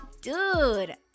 dude